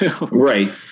Right